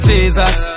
Jesus